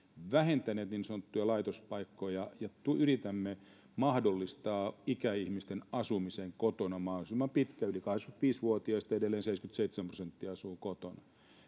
vähentäneet niin sanottuja laitospaikkoja ja yritämme mahdollistaa ikäihmisten asumisen kotona mahdollisimman pitkään yli kahdeksankymmentäviisi vuotiaista edelleen seitsemänkymmentäseitsemän prosenttia asuu kotona